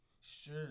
Sure